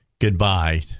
goodbye